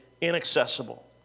inaccessible